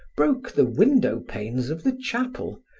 broke the window panes of the chapel,